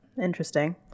interesting